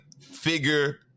figure